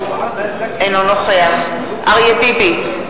אינו נוכח אריה ביבי,